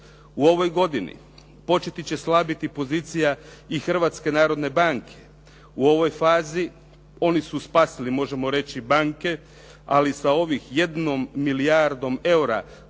U ovoj godini početi će slabiti pozicija i Hrvatske narodne banke. U ovoj fazi oni su spasili možemo reći banke, ali sa ovih jednom milijardom eura koje